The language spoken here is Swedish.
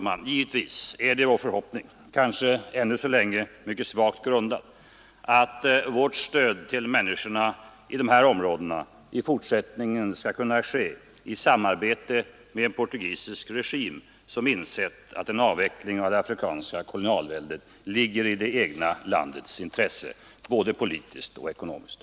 Men givetvis är det vår förhoppning — kanske ännu så länge mycket svagt grundad — att vårt stöd till människorna i dessa områden i fortsättningen skall kunna ges i samarbete med en portugisisk regim som insett att en avveckling av det afrikanska kolonialväldet ligger i det egna landets intresse, både politiskt och ekonomiskt.